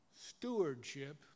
Stewardship